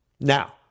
Now